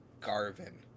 Garvin